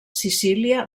sicília